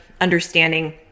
understanding